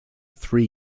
three